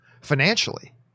financially